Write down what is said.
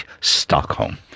Stockholm